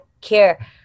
care